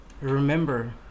remember